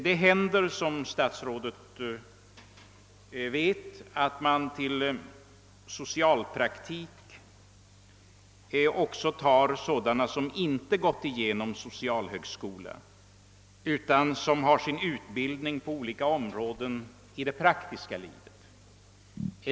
Det händer, såsom statsrådet vet, att man till socialpraktik också tar ut sådana som inte gått igenom socialhögskolan utan som har fått sin utbildning på olika områden av det praktiska livet.